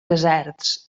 deserts